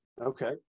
Okay